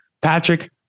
Patrick